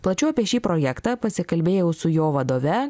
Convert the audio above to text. plačiau apie šį projektą pasikalbėjau su jo vadove